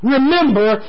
Remember